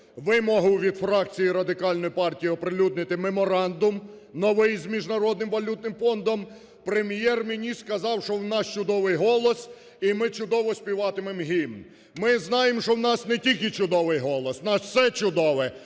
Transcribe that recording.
вимогу від фракції Радикальної партії оприлюднити меморандум новий з Міжнародним валютним фондом, Прем'єр-міністр сказав, що у нас чудовий голос і ми чудово співатимемо гімн. Ми знаємо, що у нас не тільки чудовий голос, в нас все чудове